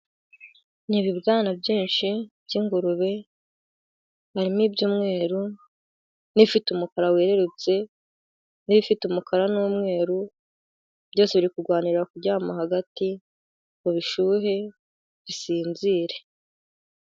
Ni ibibwana byinshi by'ingurube harimo iby'umweru, n'ibifite umukara werurutse, n'ibifite umukara n'umweru, byose biri kurwanira kuryama hagati ngo bishyuhe bisinzire.